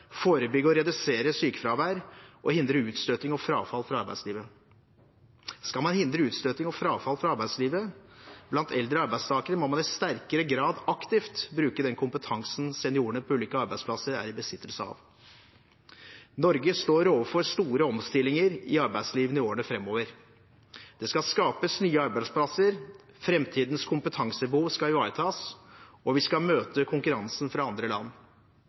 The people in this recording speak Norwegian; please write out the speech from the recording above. forebygge og redusere sykefravær og hindre utstøting og frafall fra arbeidslivet. Skal man hindre utstøting og frafall fra arbeidslivet blant eldre arbeidstakere, må man i sterkere grad aktivt bruke den kompetansen seniorene på ulike arbeidsplasser er i besittelse av. Norge står overfor store omstillinger i arbeidslivet i årene framover. Det skal skapes nye arbeidsplasser. Framtidens kompetansebehov skal ivaretas, og vi skal møte konkurransen fra andre land.